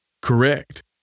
Correct